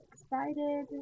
excited